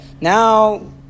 Now